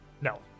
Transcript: no